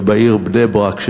ובעיר בני-ברק,